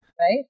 right